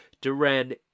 Duran